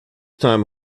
time